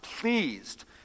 pleased